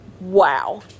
Wow